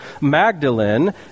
Magdalene